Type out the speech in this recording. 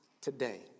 today